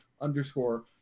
underscore